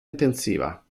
intensiva